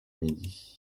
midi